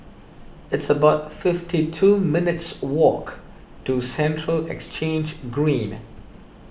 it's about fifty two minutes' walk to Central Exchange Green